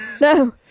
No